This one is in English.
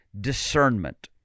discernment